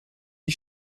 die